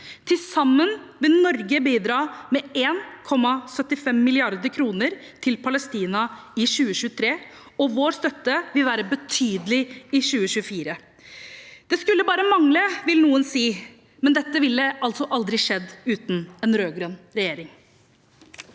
Til sammen vil Norge bidra med 1,75 mrd. kr til Palestina i 2023, og vår støtte vil være betydelig i 2024. Det skulle bare mangle, vil noen si, men dette ville altså aldri skjedd uten en rød-grønn regjering.